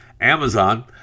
Amazon